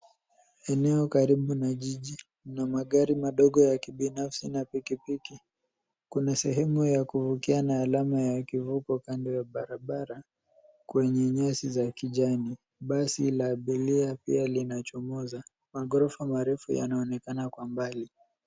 Eneo karibu na jiji, kuna magari madogo ya kibinafsi na pikipiki. Kuna sehemu ya kuvukia na alama ya kivuko kando ya barabara, kwenye nyasi za kijani, basi la abiria pia linachomoza. Maghorofa marefu yanaonekana kwa mbali.